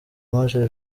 maze